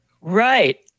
Right